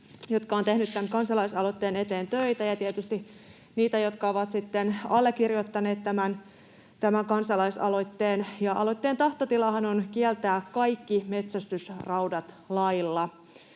jotka ovat tehneet tämän kansalaisaloitteen eteen töitä, ja tietysti niitä, jotka ovat sitten allekirjoittaneet tämän kansalaisaloitteen. Aloitteen tahtotilahan on kieltää kaikki metsästysraudat lailla.